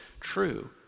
true